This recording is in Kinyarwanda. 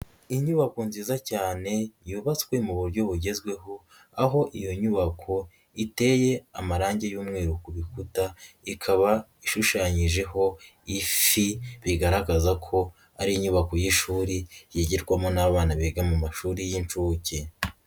Inyubako nziza cyane yubatswe mu buryo bugezweho aho iyo nyubako iteye amarangi y'umweru ku bikuta, ikaba ishushanyijeho ifi, bigaragaza ko ari inyubako y'ishuri yigirwamo n'abana biga mu mashuri y'incuke.